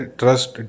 trust